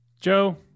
Joe